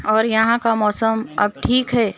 اور یہاں کا موسم اب ٹھیک ہے